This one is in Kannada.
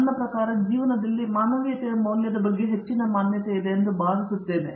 ನನ್ನ ಪ್ರಕಾರ ಜೀವನದಲ್ಲಿ ಮಾನವೀಯತೆಯ ಮೌಲ್ಯದ ಬಗ್ಗೆ ಹೆಚ್ಚಿನ ಮಾನ್ಯತೆ ಇದೆ ಎಂದು ನಾನು ಭಾವಿಸುತ್ತೇನೆ